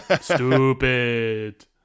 Stupid